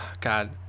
god